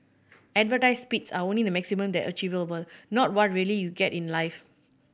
advertised speeds are only the maximum that achievable not what really you get in life